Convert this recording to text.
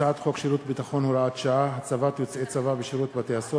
הצעת חוק שירות ביטחון (הוראת שעה) (הצבת יוצאי צבא בשירות בתי-הסוהר)